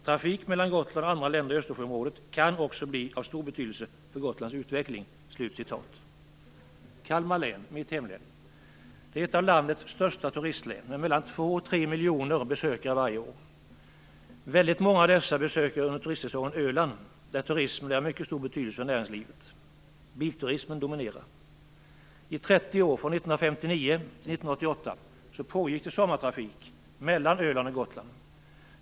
Trafik mellan Gotland och andra länder i Östersjöområdet kan också bli av stor betydelse för Gotlands utveckling. Kalmar län, mitt hemlän, är ett av landets största turistlän med mellan två och tre miljoner besökare varje år. Väldigt många av dessa besöker under turistsäsongen Öland, där turismen är av mycket stor betydelse för näringslivet. Bilturismen dominerar. I 30 år, från 1959 till 1988, pågick sommartrafik mellan Öland och Gotland.